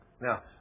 Now